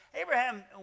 Abraham